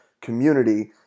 community